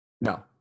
No